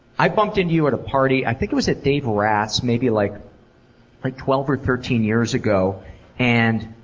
i bumped into you at a party. i think it was at dave rath's maybe like twelve or thirteen years ago and